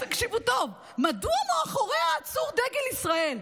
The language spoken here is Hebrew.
תקשיבו טוב, מדוע מאחורי העצור דגל ישראל?